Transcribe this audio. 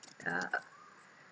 yeah